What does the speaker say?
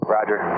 Roger